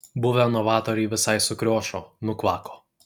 buvę novatoriai visai sukriošo nukvako